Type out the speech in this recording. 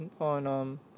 on